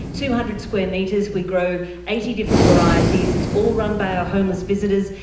two hundred square metres. we grow eighty different varieties, it's all run by our homeless visitors,